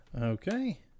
Okay